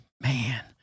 man